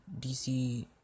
DC